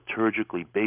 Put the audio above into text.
liturgically-based